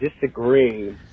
disagree